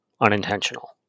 unintentional